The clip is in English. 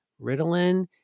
Ritalin